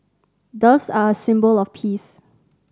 doves are a symbol of peace